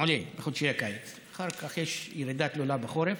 עולה בחודשי הקיץ, אחר כך יש ירידה תלולה בחורף,